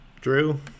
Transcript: Drew